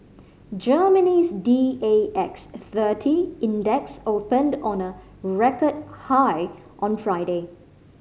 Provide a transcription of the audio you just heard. Germany's D A X thirty index opened on a record high on Friday